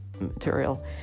material